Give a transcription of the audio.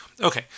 Okay